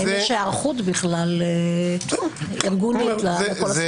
האם יש הערכות ארגוניות בכלל לכל הסיפור הזה?